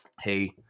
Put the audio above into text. Hey